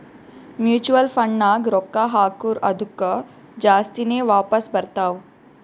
mutual ಫಂಡ್ನಾಗ್ ರೊಕ್ಕಾ ಹಾಕುರ್ ಅದ್ದುಕ ಜಾಸ್ತಿನೇ ವಾಪಾಸ್ ಬರ್ತಾವ್